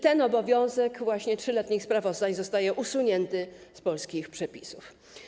Ten obowiązek przekazywania 3-letnich sprawozdań zostaje usunięty z polskich przepisów.